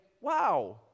wow